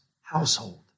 household